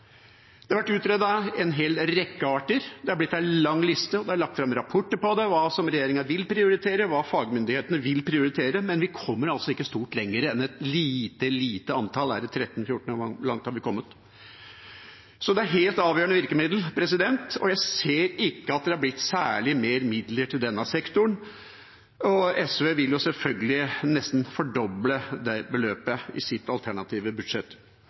Det har vært utredet en hel rekke arter, det er blitt en lang liste, og det er lagt fram rapporter over hva regjeringa vil prioritere og hva fagmyndighetene vil prioritere, men vi kommer ikke stort lenger enn til et lite, lite antall – 13–14 eller hvor langt det er vi er kommet. Så det er et helt avgjørende virkemiddel, og jeg ser ikke at det er blitt særlig mye mer midler til denne sektoren, og SV vil selvfølgelig nesten fordoble det beløpet i sitt alternative budsjett.